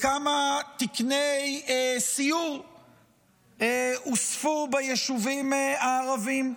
כמה תקני סיור הוספו ביישובים הערביים,